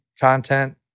content